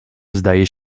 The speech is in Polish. zdaje